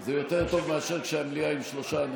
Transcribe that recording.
זה יותר טוב מאשר כשהמליאה היא עם שלושה אנשים,